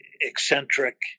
eccentric